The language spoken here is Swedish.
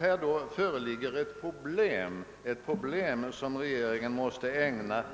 Att här föreligger ett problem som regeringen måste ägna